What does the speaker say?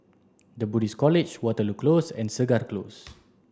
the Buddhist College Waterloo Close and Segar Close